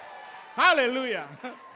Hallelujah